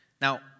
Now